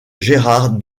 gérard